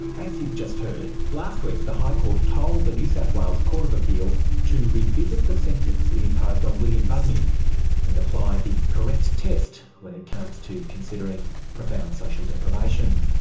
as you've just heard, last week the high court told the new south wales court of appeal to revisit the sentence it imposed on william bugmy and apply the correct test when it comes to considering profound social social deprivation.